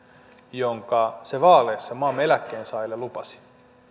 jonka se vaaleissa maamme eläkkeensaajille lupasi